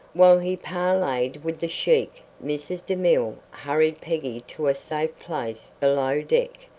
while he parleyed with the sheik mrs. demille hurried peggy to a safe place below deck,